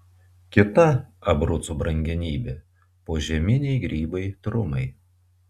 kita abrucų brangenybė požeminiai grybai trumai